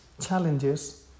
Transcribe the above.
challenges